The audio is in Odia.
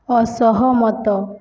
ଅସହମତ